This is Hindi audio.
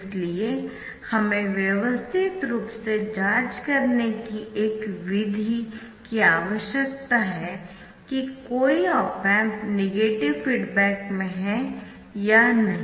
इसलिए हमें व्यवस्थित रूप से जाँच करने की एक विधि की आवश्यकता है कि कोई ऑप एम्प नेगेटिव फीडबैक में है या नहीं